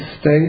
state